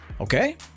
okay